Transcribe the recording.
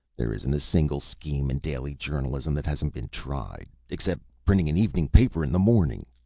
there isn't a single scheme in daily journalism that hasn't been tried except printing an evening paper in the morning.